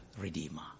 Redeemer